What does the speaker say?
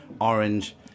orange